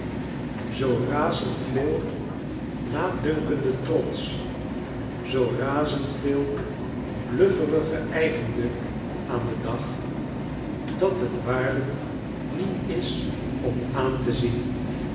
zoo razend veel laatdunkenden trots zoo razend veel blufferigen eigendunk aan den dag dat het waarlijk nietisom aan te zien